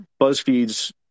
BuzzFeed's